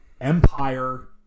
Empire